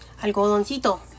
Algodoncito